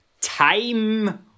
time